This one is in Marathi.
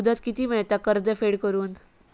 मुदत किती मेळता कर्ज फेड करून?